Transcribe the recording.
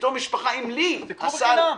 פתאום משפחה, אם לי הסל --- אז תיקחו בחינם.